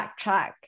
backtrack